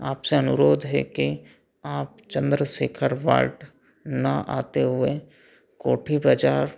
आप से अनुरोध है कि आप चंद्रशेखर वार्ड ना आते हुए कोठी बाजार